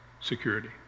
security